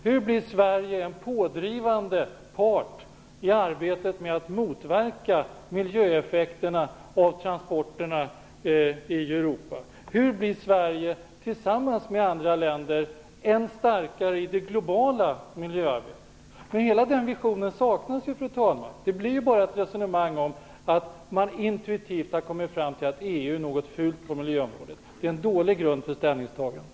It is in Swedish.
Hur blir Sverige en pådrivande part i arbetet med att motverka miljöeffekterna av transporterna i Europa? Hur blir Sverige tillsammans med andra länder ännu starkare i det globala miljöarbetet? Hela den visionen saknas, fru talman. Det blir bara ett resonemang om att man intuitivt har kommit fram till att EU är något fult på miljöområdet. Det är en dålig grund för ett ställningstagande.